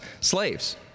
slaves